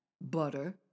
butter